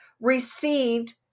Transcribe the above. received